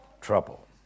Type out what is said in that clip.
trouble